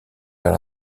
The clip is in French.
vers